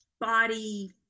body